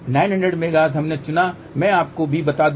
900 हमने क्यों चुना मैं आपको भी बता दूं